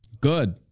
Good